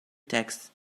texts